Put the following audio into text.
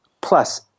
Plus